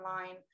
online